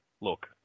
Look